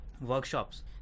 workshops